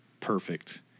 perfect